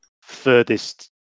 furthest